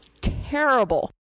terrible